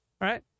Right